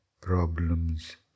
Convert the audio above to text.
problems